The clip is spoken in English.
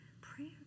prayer